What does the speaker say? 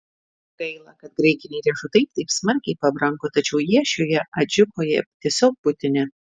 gaila kad graikiniai riešutai taip smarkiai pabrango tačiau jie šioje adžikoje tiesiog būtini